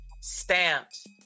stamped